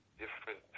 different